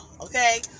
okay